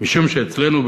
משום שאצלנו,